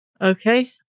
Okay